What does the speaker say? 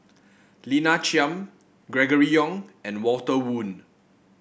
Lina Chiam Gregory Yong and Walter Woon